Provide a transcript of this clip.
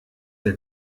der